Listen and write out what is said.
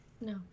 No